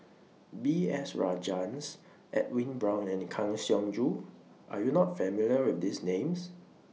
B S Rajhans Edwin Brown and Kang Siong Joo Are YOU not familiar with These Names